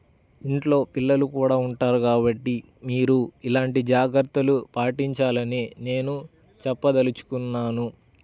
ఇంట్లో పిల్లలు కూడా ఉంటారు కాబట్టి మీరు ఇలాంటి జాగ్రత్తలు పాటించాలని నేను చెప్పదలుచుకున్నాను